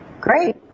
Great